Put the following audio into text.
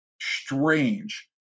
strange